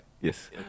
Yes